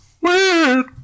Weird